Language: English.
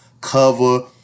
cover